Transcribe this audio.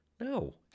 no